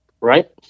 right